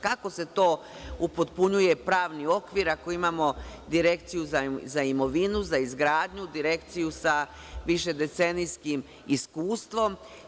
Kako se to upotpunjuje pravni okvir ako imamo Direkciju za imovinu, za izgradnju, direkciju sa više decenijskim iskustvom?